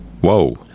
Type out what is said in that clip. Whoa